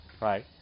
Right